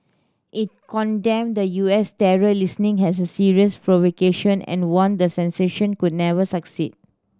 it condemned the U S terror listing has a serious provocation and warned that sanction could never succeed